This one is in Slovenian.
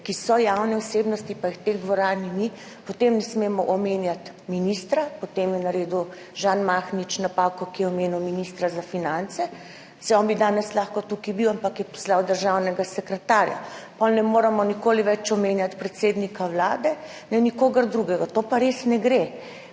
ki so javne osebnosti, pa jih v tej dvorani ni, potem ne smemo omenjati ministra, potem je naredil Žan Mahnič napako, ko je omenil ministra za finance, saj bi on danes lahko bil tukaj, ampak je poslal državnega sekretarja. Potem ne moremo nikoli več omenjati predsednika Vlade, ne nikogar drugega. To pa res ne gre,